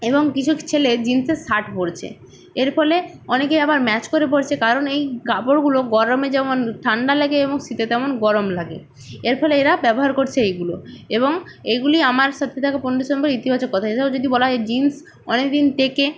এবং কিছু ছেলে জিন্সের শার্ট পরছে এর ফলে অনেকেই আবার ম্যাচ করে পরছে কারণ এই কাপড়গুলো গরমে যেমন ঠান্ডা লাগে এবং শীতে তেমন গরম লাগে এর ফলে এরা ব্যবহার করছে এইগুলো এবং এইগুলি আমার সাথে থাকা পণ্যটির সম্পর্কে ইতিবাচক কথা এছাড়াও যদি বলা হয় জিন্স অনেক দিন টেকে